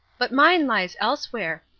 but mine lies elsewhere.